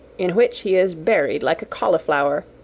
in which he is buried like a cauliflower,